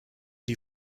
die